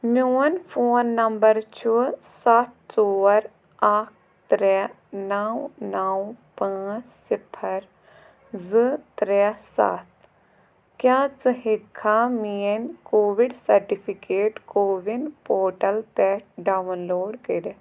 میون phone number چھُ سَتھ ژور اکھ ترٛےٚ نَو نَو پانٛژھ صِفر زٕ ترٛےٚ سَتھ کیٛاہ ژٕ ہیٚککھا میٲنۍ کووِڈ سرٹِفکیٹ کووِن پورٹل پٮ۪ٹھ ڈاوُن لوڈ کٔرِتھ